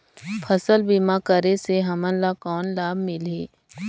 फसल बीमा करे से हमन ला कौन लाभ मिलही?